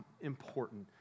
important